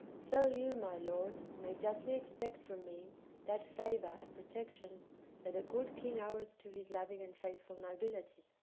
so you, my lords, may justly expect from me that favor and protection that a good king oweth to his loving and faithful nobility.